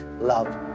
love